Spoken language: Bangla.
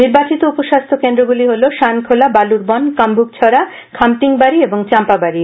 নির্বাচিত উপস্বাস্যকেন্দ্রগুলি হল শানখোলা বালুরবন কাশ্বুকছডা খামতিংবাডি এবং চাম্পাবাডি